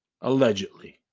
allegedly